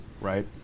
right